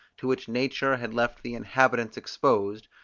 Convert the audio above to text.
to which nature had left the inhabitants exposed,